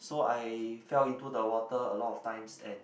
so I fell into the water a lot of times and